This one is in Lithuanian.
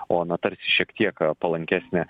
o na tarsi šiek tiek palankesnė